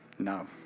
No